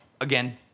Again